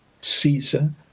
Caesar